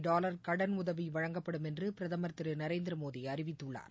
dollar கடனுதவி வழங்கப்படும் என்று பிரதமர் திரு நரேந்திரமோடி அறிவித்துள்ளார்